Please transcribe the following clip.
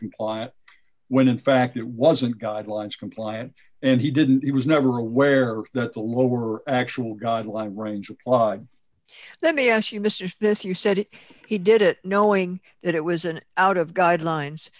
compliant when in fact it wasn't guidelines compliant and he didn't he was never aware that the lower actual guideline range applied let me ask you mr this you said it he did it knowing that it was an out of guidelines